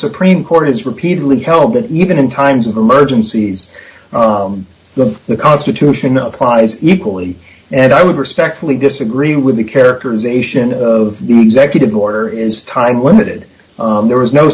supreme court has repeatedly held that even in times of emergencies the the constitution applies equally and i would respectfully disagree with the characterization of executive order is time limited there is no